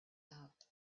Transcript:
out